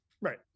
right